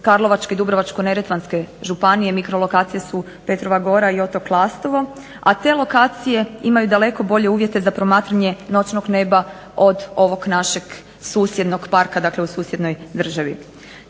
Karlovačke i Dubrovačko-neretvanske županije. Mikro-lokacije su Petrova gora i Otok Lastovo, a te lokacije imaju daleko bolje uvjete za promatranje noćnog neba od ovog našeg susjednog parka, dakle u susjednoj državi.